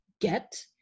get